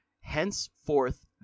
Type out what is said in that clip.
Henceforth